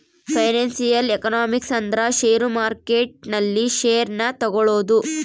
financial economics ಅಂದ್ರ share market ನಲ್ಲಿ share ನ ತಗೋಳೋದು